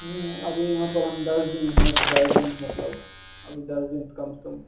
अभी यहाँ पर हम दस दिन हैं तो दस दिन का मतलब अभी दस दिन तो कम से कम